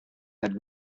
had